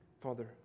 Father